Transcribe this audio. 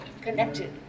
connected